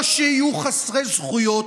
או שיהיו חסרי זכויות,